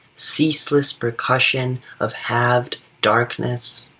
ceaseless percussion of halved darkness,